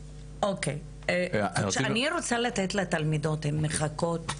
אני רוצה לתת לתלמידות הן מחכות.